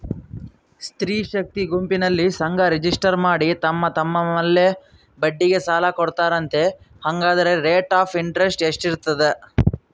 ಸ್ತ್ರೇ ಶಕ್ತಿ ಗುಂಪಿನಲ್ಲಿ ಸಂಘ ರಿಜಿಸ್ಟರ್ ಮಾಡಿ ತಮ್ಮ ತಮ್ಮಲ್ಲೇ ಬಡ್ಡಿಗೆ ಸಾಲ ಕೊಡ್ತಾರಂತೆ, ಹಂಗಾದರೆ ರೇಟ್ ಆಫ್ ಇಂಟರೆಸ್ಟ್ ಎಷ್ಟಿರ್ತದ?